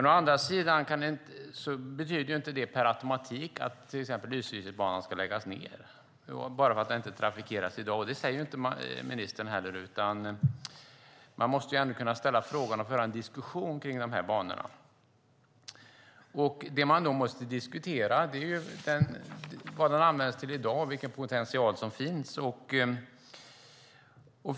Å andra sidan betyder inte det per automatik att till exempel Lysekilsbanan ska läggas ned bara för att den inte trafikeras i dag. Det säger inte ministern heller, utan man måste kunna ställa frågan och föra en diskussion om de här banorna. Det man måste diskutera är vad den används till i dag och vilken potential som finns.